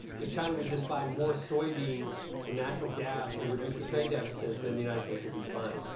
if china would just buy more soybeans and natural gas and reduce the trade deficit, then the united states will be fine.